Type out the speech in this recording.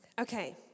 Okay